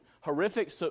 horrific